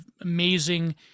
amazing